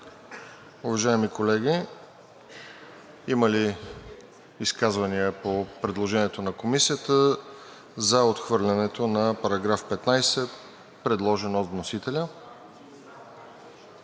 Уважаеми колеги, има ли изказвания по предложението на Комисията за отхвърляне на § 15, предложен от вносителя?